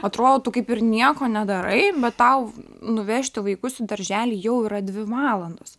atrodytų kaip ir nieko nedarai bet tau nuvežti vaikus į darželį jau yra dvi valandos